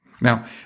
Now